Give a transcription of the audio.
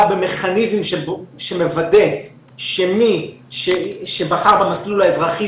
במכניזם שמוודא שמי שבחר במסלול האזרחי,